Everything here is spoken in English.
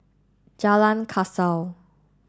Jalan Kasau